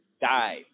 die